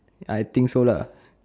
I think so lah